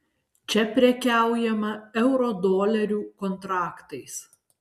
čia prekiaujama eurodolerių kontraktais